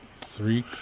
Three